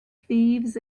thieves